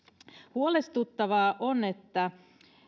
huolestuttavaa on että